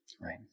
Right